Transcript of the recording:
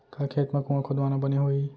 का खेत मा कुंआ खोदवाना बने होही?